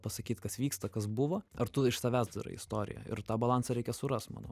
pasakyt kas vyksta kas buvo ar tu iš savęs darai istoriją ir tą balansą reikia surast manau